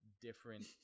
different